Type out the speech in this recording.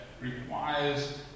requires